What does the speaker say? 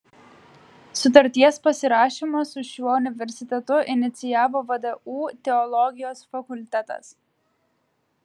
sutarties pasirašymą su šiuo universitetu inicijavo vdu teologijos fakultetas